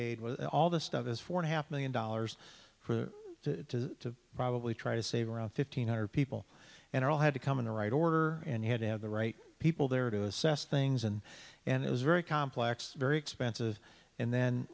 aid with all this stuff as four and a half million dollars to probably try to save around fifteen hundred people and it all had to come in the right order and had to have the right people there to assess things and and it was very complex very expensive and then